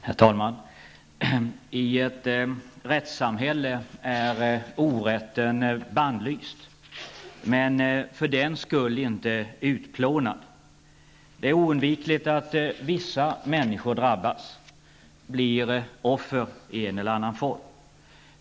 Herr talman! I ett rättssamhälle är orätten bannlyst men för den skull inte utplånad. Det är oundvikligt att vissa människor drabbas, blir offer i en eller annan form.